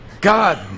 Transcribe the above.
God